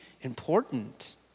important